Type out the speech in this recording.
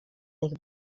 tych